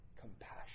compassion